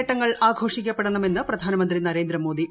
നേട്ടങ്ങൾ ആഘോഷിക്കപ്പെടണമെന്ന് പ്രധാനമന്ത്രി നരേന്ദ്രമോദി